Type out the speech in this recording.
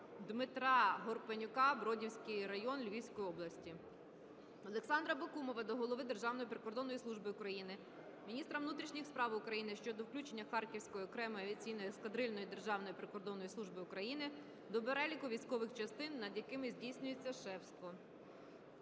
Дмитра Горпенюка Бродівський район Львівської області. Олександра Бакумова до голови Державної прикордонної служби України, міністра внутрішніх справ України щодо включення Харківської окремої авіаційної ескадрильної Державної прикордонної служби України до переліку військових частин над якими здійснюється шефство.